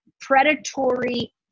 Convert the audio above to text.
predatory